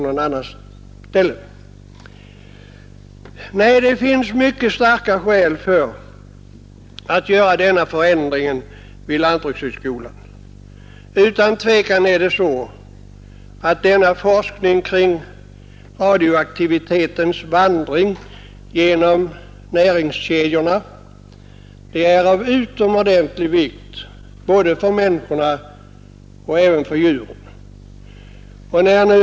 Nej, det finns mycket starka skäl för att göra denna förändring vid lantbrukshögskolan. Utan tvivel är det så att denna forskning kring radioaktivitetens vandring genom näringskedjorna är av utomordentlig vikt när det gäller både människor och djur.